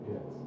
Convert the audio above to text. Yes